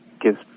gives